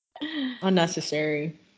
unnecessary